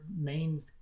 main